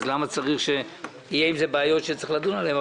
אז למה צריך שיהיו עם זה בעיות שצריך לדון עליהן?